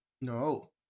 No